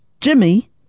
Jimmy